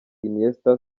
iniesta